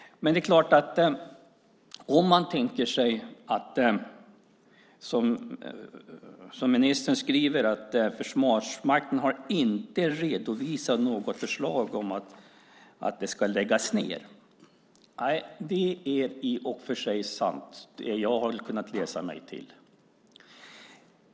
Men ministern skriver att Försvarsmakten inte har redovisat något förslag om att det ska läggas ned. Nej, det är i och för sig sant, enligt det jag har kunnat läsa mig till.